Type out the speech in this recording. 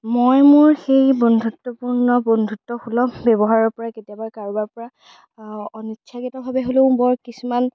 মই মোৰ সেই বন্ধুত্বপূৰ্ণ বন্ধুত্বসুলভ ব্যৱহাৰৰ পৰাই কেতিয়াবা কাৰোবাৰ পৰা অনিচ্ছাকৃতভাৱে হ'লেও মই কিছুমান